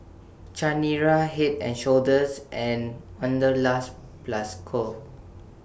Chanira Head and Shoulders and Wanderlust Plus Co